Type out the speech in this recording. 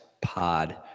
pod